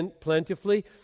plentifully